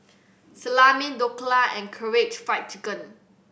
Salami Dhokla and Karaage Fried Chicken